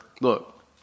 look